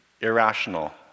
irrational